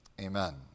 amen